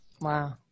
Wow